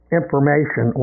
information